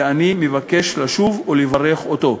ואני מבקש לשוב ולברך אותו.